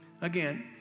Again